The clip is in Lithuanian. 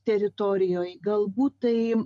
teritorijoj galbūt tai